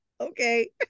okay